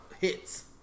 hits